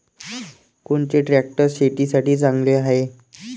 कोनचे ट्रॅक्टर शेतीसाठी चांगले हाये?